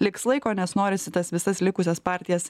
liks laiko nes norisi tas visas likusias partijas